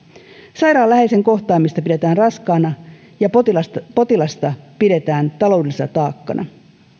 sairaan läheisen kohtaamista pidetään raskaana ja potilasta pidetään taloudellisena taakkana